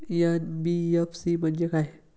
NBFC म्हणजे काय?